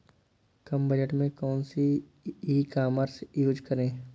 कम budget में कौन सी ई कॉमर्स यूज़ करें?